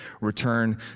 return